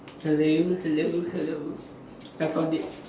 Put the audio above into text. hello hello hello I found it